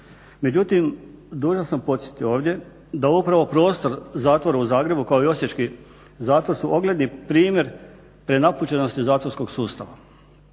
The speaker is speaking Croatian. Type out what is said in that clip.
Međutim, dužan sam podsjetiti ovdje da upravo prostor Zatvora u Zagrebu, kako i osječki zatvor su ogledni primjer prenapučenosti zatvorskog sustava.